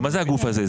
מה זה הגוף הזה?